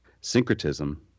syncretism